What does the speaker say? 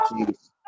Jesus